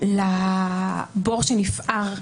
לבור שנפער.